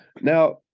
Now